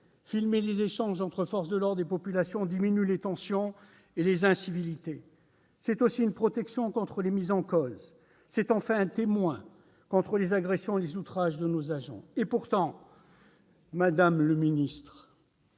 filmer les échanges entre forces de l'ordre et population diminue les tensions et les incivilités. C'est aussi une protection contre les mises en cause. Enfin, c'est un témoin contre les agressions et les outrages subis par nos agents. Pourtant, madame la ministre,